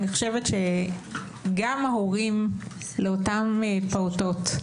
אני חושבת שגם ההורים לאותם פעוטות,